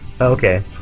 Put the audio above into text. okay